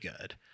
good